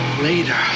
Later